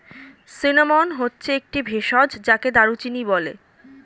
cinnamon হচ্ছে একটি ভেষজ যাকে দারুচিনি বলে